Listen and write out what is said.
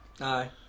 Aye